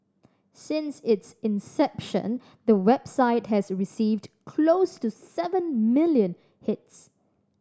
since its inception the website has received close to seven million hits